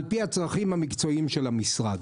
על פי הצרכים המקצועיים של המשרד.